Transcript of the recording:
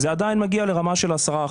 זה עדיין מגיע לרמה של 10%,